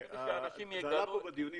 זה עלה פה בדיונים.